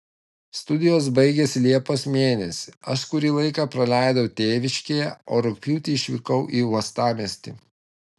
studijos baigėsi liepos mėnesį aš kurį laiką praleidau tėviškėje o rugpjūtį išvykau į uostamiestį